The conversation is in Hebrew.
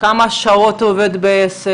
כמה שעות הוא עובד בעסק,